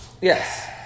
Yes